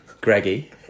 Greggy